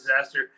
disaster